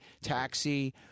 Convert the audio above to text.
Taxi